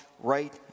right